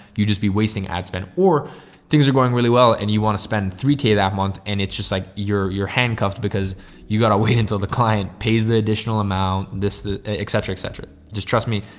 you'd just be wasting ad spend or things are going really well and you want to spend three k that month and it's just like you're, you're handcuffed because you gotta wait until the client pays the additional amount, this et cetera, et cetera. just trust me.